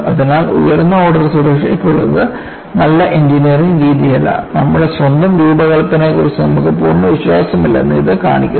അതിനാൽ ഉയർന്ന ഓർഡർ സുരക്ഷയുള്ളത് നല്ല എഞ്ചിനീയറിംഗ് രീതിയല്ല നമ്മുടെ സ്വന്തം രൂപകൽപ്പനയെക്കുറിച്ച് നമുക്ക് പൂർണ്ണ വിശ്വാസമില്ലെന്ന് ഇത് കാണിക്കുന്നു